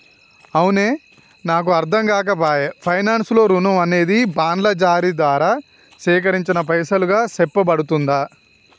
అవునే నాకు అర్ధంకాక పాయె పైనాన్స్ లో రుణం అనేది బాండ్ల జారీ దారా సేకరించిన పైసలుగా సెప్పబడుతుందా